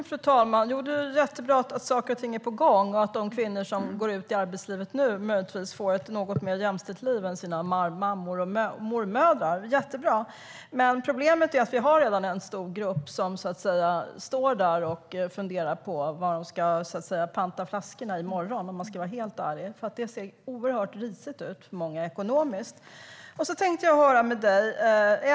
Fru talman! Det är jättebra att saker och ting är på gång och att de kvinnor som nu går ut i arbetslivet möjligtvis får ett mer jämställt liv än sina mammor och mormödrar. Det är jättebra. Men problemet är att vi redan har en stor grupp som står och funderar på var de ska panta flaskorna i morgon, om man ska vara helt ärlig. Det ser oerhört risigt ut för många ekonomiskt.